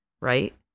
Right